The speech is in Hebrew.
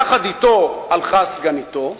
יחד אתו הלכה סגניתו,